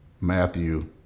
Matthew